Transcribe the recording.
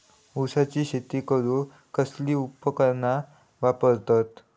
ऊसाची शेती करूक कसली उपकरणा वापरतत?